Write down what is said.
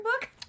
book